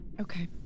Okay